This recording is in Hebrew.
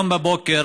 היום בבוקר,